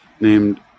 named